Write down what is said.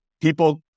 people